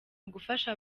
ugufasha